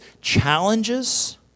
challenges